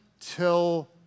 till